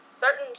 Certain